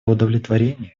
удовлетворения